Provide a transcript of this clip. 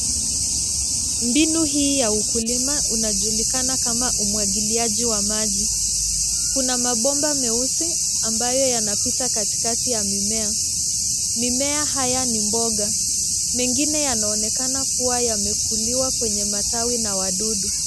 Mbinu hii ya ukulima unajulikana kama umwagiliaji wa maji. Kuna mabomba meusi ambayo yanapita katikati ya mimea. Mimea haya ni mboga. Mengine yanaonekana kuwa yamekuliwa kwenye matawi na wadudu.